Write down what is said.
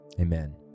Amen